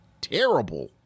terrible